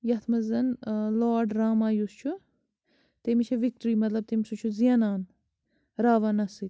یَتھ منٛز زَن لارڈ راما یُس چھُ تٔمِس چھِ وِکٹرٛی مطلب تٔمۍ سُہ چھُ زینان راونَس سۭتۍ